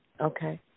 Okay